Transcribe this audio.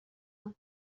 and